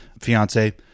fiance